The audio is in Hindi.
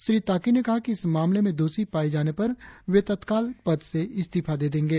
श्री ताकी ने कहा कि इस मामलें में दोषी पाये जाने पर वे तत्काल पद से इस्तीफा दे देंगे